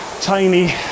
tiny